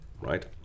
right